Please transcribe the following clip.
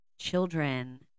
children